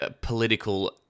political